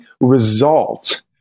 result